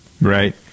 Right